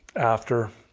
after,